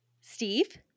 Steve